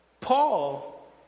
Paul